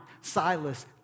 Silas